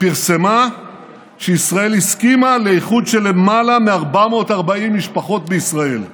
פרסמה שישראל הסכימה לאיחוד של למעלה מ-440 משפחות בישראל.